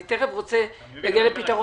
אני תיכף רוצה להגיע לפתרון.